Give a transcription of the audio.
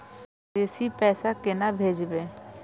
हम विदेश पैसा केना भेजबे?